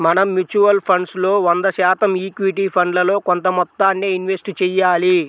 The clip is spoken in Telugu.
మనం మ్యూచువల్ ఫండ్స్ లో వంద శాతం ఈక్విటీ ఫండ్లలో కొంత మొత్తాన్నే ఇన్వెస్ట్ చెయ్యాలి